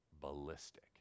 ballistic